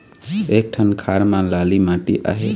एक ठन खार म लाली माटी आहे?